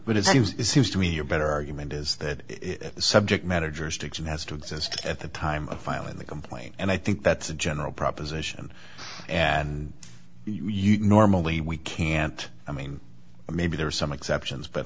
but it seems it seems to me a better argument is that it the subject matter jurisdiction has to exist at the time of filing the complaint and i think that's a general proposition and you'd normally we can't i mean maybe there are some exceptions but